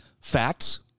facts